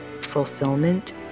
fulfillment